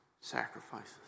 sacrifices